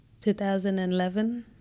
2011